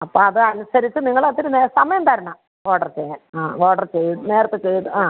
അപ്പം അതനുസരിച്ച് നിങ്ങൾ ഒത്തിരി സമയം തരണം ഓർഡർ ചെയ്യാൻ ആ ഓർഡർ ചെയ് നേരത്തേ ചെയ്ത് ആ